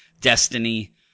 Destiny